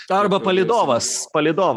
arba palydovas palydovą